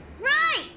right